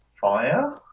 fire